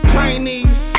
Chinese